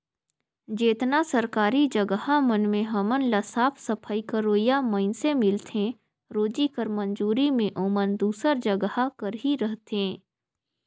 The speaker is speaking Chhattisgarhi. जेतना सरकारी जगहा मन में हमन ल साफ सफई करोइया मइनसे मिलथें रोजी कर मंजूरी में ओमन दूसर जगहा कर ही रहथें